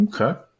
okay